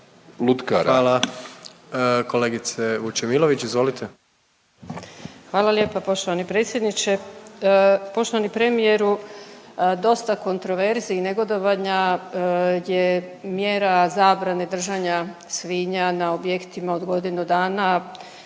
(Hrvatski suverenisti)** Hvala lijepa poštovani predsjedniče. Poštovani premijeru dosta kontroverzi i negodovanja je mjera zabrane držanja svinja na objektima od godinu dana